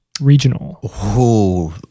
Regional